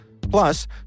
Plus